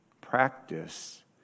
practice